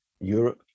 Europe